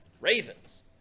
Ravens